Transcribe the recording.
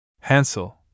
Hansel